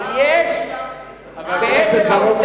חבר הכנסת בר-און,